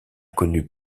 connu